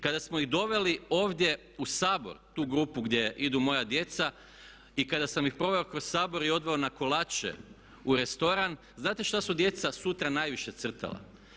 Kada smo ih doveli ovdje u Sabor tu grupu gdje idu moja djeca i kada sam ih proveo kroz Sabor i odveo na kolače u restoran, znate šta su djeca sutra najviše crtala?